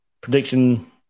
Prediction